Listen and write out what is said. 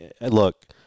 Look